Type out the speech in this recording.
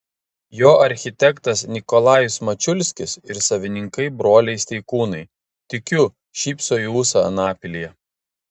jo architektas nikolajus mačiulskis ir savininkai broliai steikūnai tikiu šypso į ūsą anapilyje